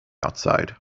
outside